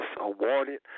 awarded